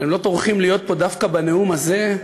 אבל הם לא טורחים להיות פה דווקא בנאום הזה,